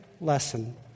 lesson